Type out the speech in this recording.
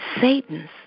Satan's